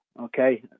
okay